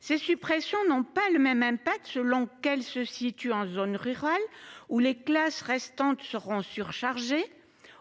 Ces suppressions n'ont pas le même même pas de selon elle se situe en zone rurale ou les classes restantes seront surchargés